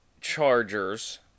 Chargers